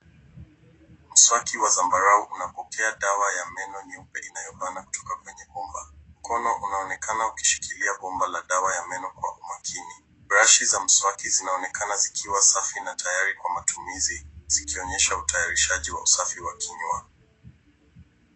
Mswaki wa zambarau unapokea dawa ya meno nyeupe inayobana kutoka kwenye bomba. Mkono unaonekana ukishikilia bomba la dawa ya meno kwa umakini. Brashi za mswaki zinaonekana zikiwa safi na tayari kwa matumizi zikionyesha utayarishaji wa usafi wa kinywa.